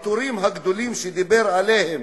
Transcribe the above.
הוויתורים הגדולים שדיבר עליהם